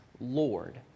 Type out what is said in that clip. Lord